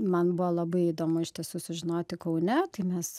man buvo labai įdomu iš tiesų sužinoti kaune tai mes